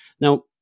Now